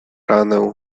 ranę